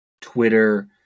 Twitter